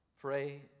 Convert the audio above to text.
pray